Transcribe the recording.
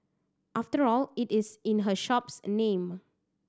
after all it is in her shop's name